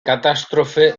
catástrofe